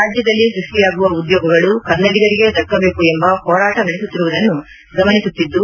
ರಾಜ್ಞದಲ್ಲಿ ಸೃಷ್ಠಿಯಾಗುವ ಉದ್ಯೋಗಗಳು ಕನ್ನಡಿಗರಿಗೆ ದಕ್ಕಬೇಕು ಎಂಬ ಹೋರಾಟ ನಡೆಸುತ್ತಿರುವುದನ್ನು ಗಮನಿಸುತ್ತಿದ್ದು